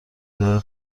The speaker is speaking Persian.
داره